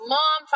Mom